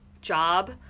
job